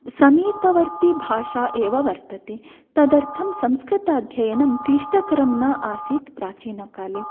समीपवर्ती भाषा एव वर्तते तदर्थं संस्कृताध्ययनं क्लिष्टकरं न आसीत् प्राचीनकाले